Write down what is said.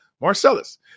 Marcellus